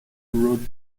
wrote